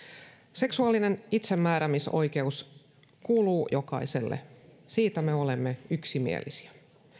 seksuaalinen itsemääräämisoikeus kuuluu jokaiselle siitä me olemme yksimielisiä